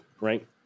right